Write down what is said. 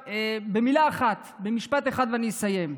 במילה אחת, במשפט אחד, אני אסיים: